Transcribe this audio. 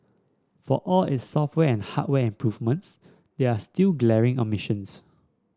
for all its software and hardware improvements there are still glaring omissions